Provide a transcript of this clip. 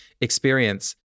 experience